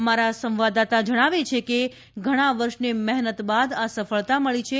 અમારા સંવાદદાતા જણાવે છે કે ઘણા વર્ષની મહેનત બાદ આ સફળતા મળી છે